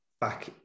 back